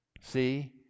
See